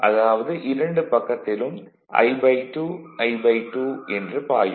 அதாவது இரண்டு பக்கத்திலும் I2 I2 என்று பாயும்